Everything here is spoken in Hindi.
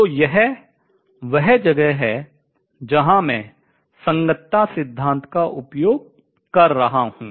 तो यह वह जगह है जहाँ मैं संगतता सिद्धांत का उपयोग कर रहा हूँ